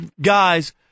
guys